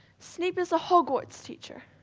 snape is a hogwarts teacher.